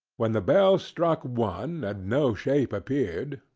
when the bell struck one, and no shape appeared,